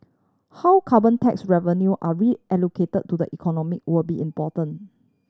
how carbon tax revenue are reallocate to the economy will be important